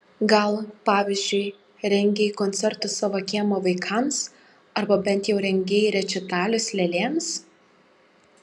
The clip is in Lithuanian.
gal pavyzdžiui rengei koncertus savo kiemo vaikams arba bent jau rengei rečitalius lėlėms